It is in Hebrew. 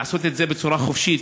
לעשות את זה בצורה חופשית,